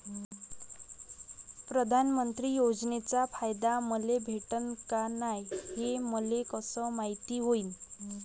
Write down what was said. प्रधानमंत्री योजनेचा फायदा मले भेटनं का नाय, हे मले कस मायती होईन?